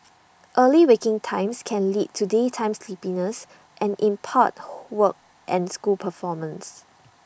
early waking times can lead to daytime sleepiness and in part work and school performance